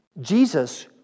Jesus